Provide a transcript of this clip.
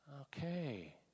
Okay